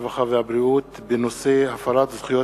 הרווחה והבריאות בעקבות דיון מהיר בנושאים: הפרת זכויות